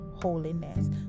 holiness